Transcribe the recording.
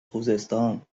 خوزستان